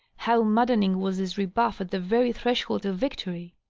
how maddening, was this rebuff at the very threshold of victory!